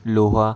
लोहा